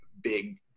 big